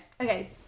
Okay